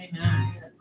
Amen